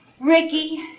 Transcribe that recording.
Ricky